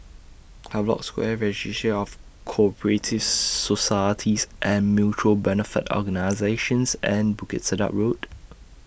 Havelock Square Registry of Co Operative Societies and Mutual Benefit Organisations and Bukit Sedap Road